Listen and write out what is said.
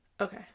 Okay